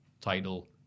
title